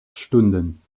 stunden